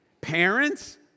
Parents